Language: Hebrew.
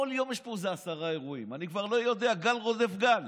כל יום יש פה איזה עשרה אירועים, גל רודף גל.